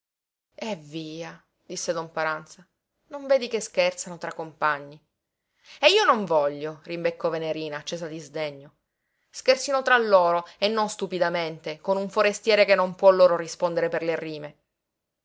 eh via disse don paranza non vedi che scherzano tra compagni e io non voglio rimbeccò venerina accesa di sdegno scherzino tra loro e non stupidamente con un forestiere che non può loro rispondere per le rime